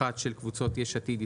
אחת של קבוצות יש עתיד,